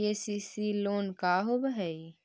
KCC loan का होब हइ?